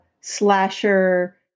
slasher